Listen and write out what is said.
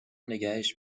نگهش